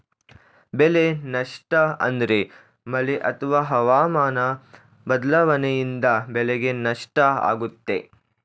ಬೆಳೆ ನಷ್ಟ ಅಂದ್ರೆ ಮಳೆ ಅತ್ವ ಹವಾಮನ ಬದ್ಲಾವಣೆಯಿಂದ ಬೆಳೆಗೆ ನಷ್ಟ ಆಗುತ್ತೆ